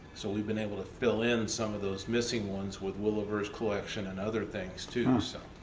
so we've been able to fill in some of those missing ones with willever's collection and other things, too. so,